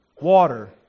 water